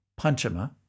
Panchama